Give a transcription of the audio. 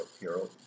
hero